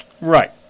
Right